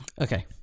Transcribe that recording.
Okay